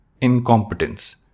incompetence